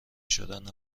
شدن